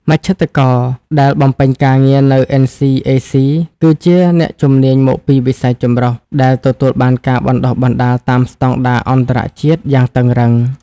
មជ្ឈត្តករដែលបំពេញការងារនៅ NCAC គឺជាអ្នកជំនាញមកពីវិស័យចម្រុះ ដែលទទួលបានការបណ្ដុះបណ្ដាលតាមស្ដង់ដារអន្តរជាតិយ៉ាងតឹងរ៉ឹង។